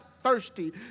thirsty